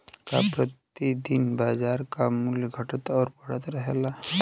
का प्रति दिन बाजार क मूल्य घटत और बढ़त रहेला?